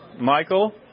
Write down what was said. Michael